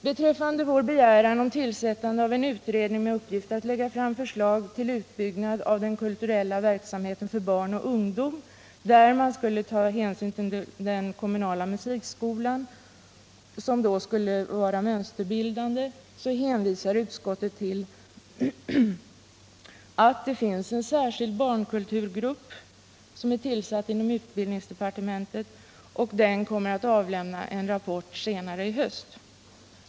Beträffande vår begäran om tillsättande av en utredning med uppgift att lägga fram förslag till en utbyggnad av den kulturella verksamheten för barn och ungdom, varvid den kommunala musikskolan bör vara mönsterbildande, hänvisar utskottet till att det finns en särskild barnkulturgrupp inom utbildningsdepartementet som skall avlämna en rapport senare i höst.